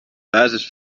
basis